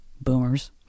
boomers